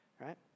right